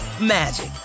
magic